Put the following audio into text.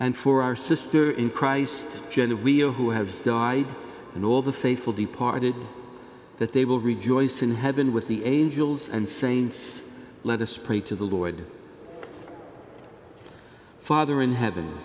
and for our sister in christ genov we are who have died and all the faithful departed that they will rejoice in heaven with the angels and saints let us pray to the lloyd father in heaven